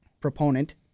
proponent